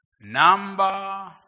Number